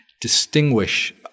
distinguish